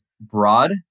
broad